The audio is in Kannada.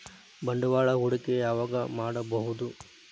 ಬಂಡವಾಳ ಹೂಡಕಿ ಯಾವಾಗ್ ಮಾಡ್ಬಹುದು?